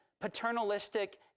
paternalistic